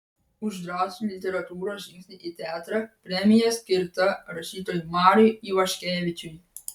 už drąsų literatūros žingsnį į teatrą premija skirta rašytojui mariui ivaškevičiui